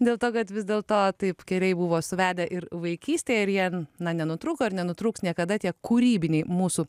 dėl to kad vis dėl to taip gerai buvo suvedę ir vaikystėje ir jie na nenutrūko ir nenutrūks niekada tie kūrybiniai mūsų